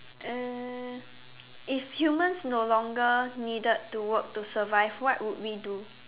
uh if humans no longer needed to work to survive what would we do